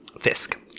Fisk